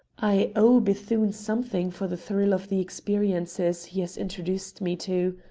i owe bethune something for the thrill of the experiences he has introduced me to.